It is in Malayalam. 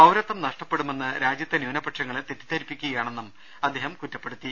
പൌരത്വം നഷ്ടപ്പെടുമെന്ന് രാജ്യത്തെ ന്യൂനപക്ഷങ്ങളെ തെറ്റിദ്ധരിപ്പിക്കുകയാണെന്നും അദ്ദേഹം പറഞ്ഞു